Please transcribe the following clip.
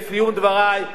לסיום דברי,